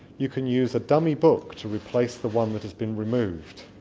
you could use a dummy book to replace the one that has been removed